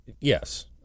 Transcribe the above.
yes